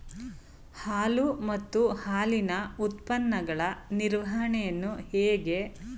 ಹಾಲು ಮತ್ತು ಹಾಲಿನ ಉತ್ಪನ್ನಗಳ ನಿರ್ವಹಣೆಯನ್ನು ಹೇಗೆ ಮಾಡಬಹುದು?